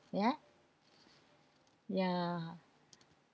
ya ya